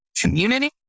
community